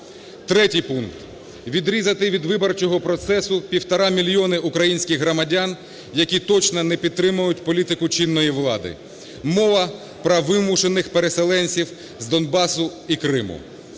Третій пункт. Відрізати від виборчого процесу 1,5 мільйона українських громадян, які точно не підтримають політику чинної влади. Мова про вимушених переселенців з Донбасу і Криму.